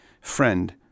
Friend